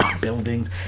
buildings